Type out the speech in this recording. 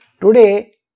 Today